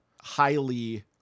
highly